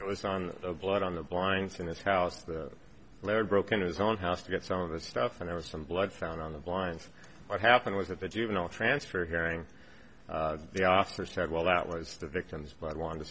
it was on the blood on the blinds in this house that larry broke into his own house to get some of the stuff and it was from blood found on the blinds what happened was that the juvenile transfer hearing the officer said well that was the victim's but i want to